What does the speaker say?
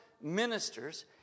ministers